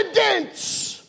evidence